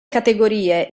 categorie